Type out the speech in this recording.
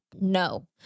No